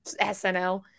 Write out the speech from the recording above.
snl